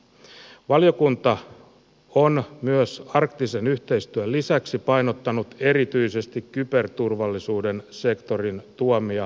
valiokunta on myös arktisen yhteistyön lisäksi painottanut erityisesti kyberturvallisuuden sektorin tuomia haasteita